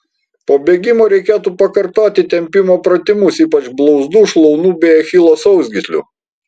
po bėgimo reikėtų pakartoti tempimo pratimus ypač blauzdų šlaunų bei achilo sausgyslių